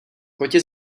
kotě